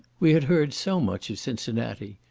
we had heard so much of cincinnati,